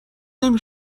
نمی